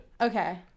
Okay